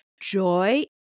Joy